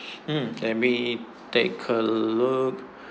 mm let me take a look